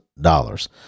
dollars